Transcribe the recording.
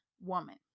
woman